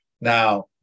now